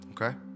Okay